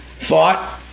thought